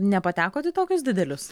nepatekot į tokius didelius